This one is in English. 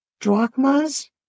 Drachmas